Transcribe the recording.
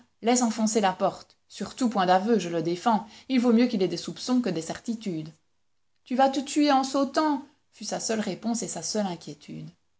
laisse enfoncer la porte surtout point d'aveux je le défends il vaut mieux qu'il ait des soupçons que des certitudes tu vas te tuer en sautant fut sa seule réponse et sa seule inquiétude